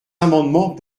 amendements